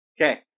Okay